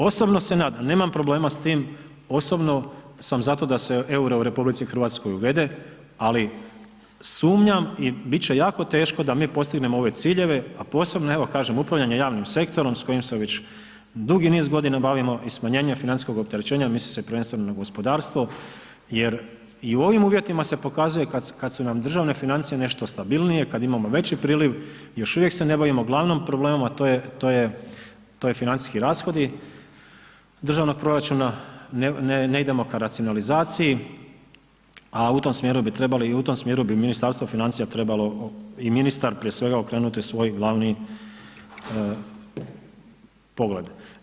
Osobno se nadam, nemam problema s time, osobno sam za to da se euro u RH uvede ali sumnjam i biti će jako teško da mi postignemo ove ciljeve a posebno evo kažem upravljanje javnim sektorom s kojim se već dugi niz godina bavimo i smanjenje financijskog opterećenja, misli se prvenstveno na gospodarstvo jer i u ovim uvjetima se pokazuje kada su nam državne financije nešto stabilnije kada imamo veći priliv još uvijek se ne bavimo glavnim problemom a to je financijski rashodi državnog proračuna, ne idemo ka racionalizaciji a u tom smjeru bi trebali i u tom smjeru bi Ministarstvo financija trebalo i ministar prije svega okrenuti svoj glavni pogled.